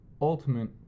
Ultimate